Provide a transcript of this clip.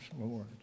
Lord